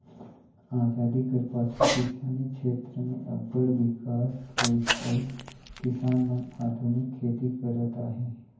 अजादी कर पाछू किसानी छेत्र में अब्बड़ बिकास होइस अउ किसान मन आधुनिक खेती करत अहें